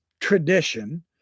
tradition